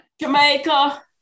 Jamaica